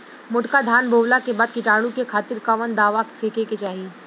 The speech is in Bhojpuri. मोटका धान बोवला के बाद कीटाणु के खातिर कवन दावा फेके के चाही?